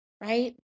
right